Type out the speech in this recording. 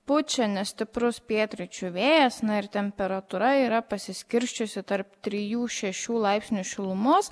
pučia nestiprus pietryčių vėjas na ir temperatūra yra pasiskirsčiusi tarp trijų šešių laipsnių šilumos